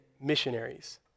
missionaries